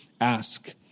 Ask